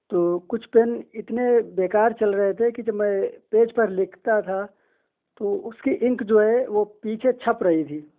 تو کچھ پین اتنے بیکار چل رہے تھے کہ جب میں پیج پر لکھتا تھا تو اس کی انک جو ہے وہ پیچھے چھپ رہی تھی